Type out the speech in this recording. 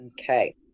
okay